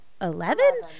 eleven